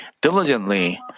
diligently